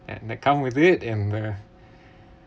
and that come with it and bear